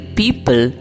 people